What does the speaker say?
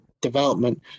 development